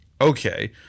Okay